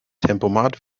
tempomat